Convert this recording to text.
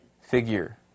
figure